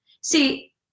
See